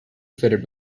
fitted